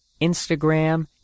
Instagram